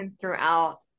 throughout